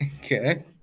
okay